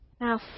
Now